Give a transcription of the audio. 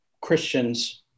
Christians